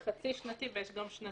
יש חצי שנתי ושנתי.